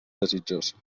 desitjós